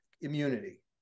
immunity